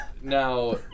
Now